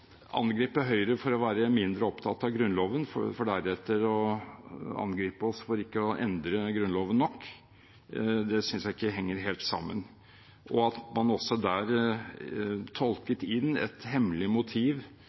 angripe Høyre for å være mindre opptatt av Grunnloven, for deretter å angripe oss for ikke å endre Grunnloven nok, synes jeg ikke henger helt sammen. At man også tolket inn et hemmelig motiv